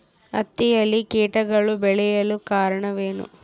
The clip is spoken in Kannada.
ಹತ್ತಿಯಲ್ಲಿ ಕೇಟಗಳು ಬೇಳಲು ಕಾರಣವೇನು?